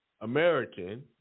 American